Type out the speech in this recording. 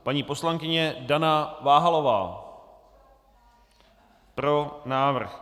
Paní poslankyně Dana Váhalová: Pro návrh.